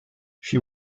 she